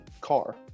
car